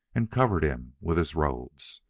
and covered him with his robes.